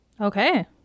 Okay